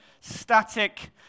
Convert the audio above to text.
static